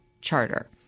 charter